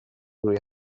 روی